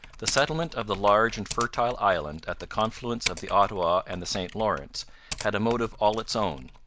the settlement of the large and fertile island at the confluence of the ottawa and the st lawrence had a motive all its own.